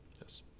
Yes